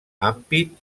ampit